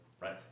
right